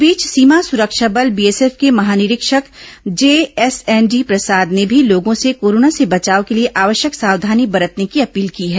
इस बीच सीमा सुरक्षा बल बीएसएफ के महानिरीक्षक जेएसएनडी प्रसाद ने भी लोगों से कोरोना से बचाव के लिए आवश्यक सावधानी बरतने की अपील की है